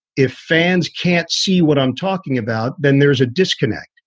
if fans can't see what i'm talking about, then there's a disconnect.